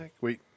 Wait